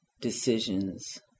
decisions